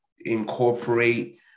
incorporate